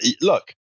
Look